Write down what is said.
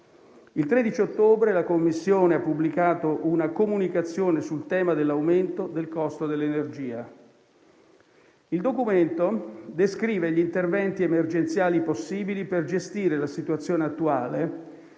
Il 13 ottobre scorso la Commissione ha pubblicato una comunicazione sul tema dell'aumento del costo dell'energia. Il documento descrive gli interventi emergenziali possibili per gestire la situazione attuale